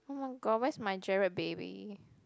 oh-my-god where is my Gerald baby